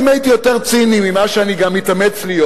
אם הייתי יותר ציני ממה שאני גם מתאמץ להיות,